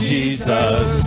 Jesus